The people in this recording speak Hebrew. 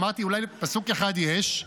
אמרתי אולי פסוק אחד יש,